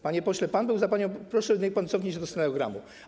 Panie pośle, pan był za panią, proszę, niech pan cofnie się do stenogramu.